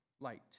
light